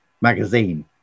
magazine